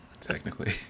technically